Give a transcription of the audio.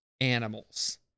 animals